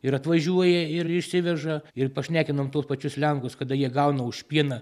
ir atvažiuoja ir išsiveža ir pašnekinom tuos pačius lenkus kada jie gauna už pieną